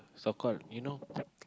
so called you know